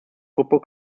football